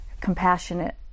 compassionate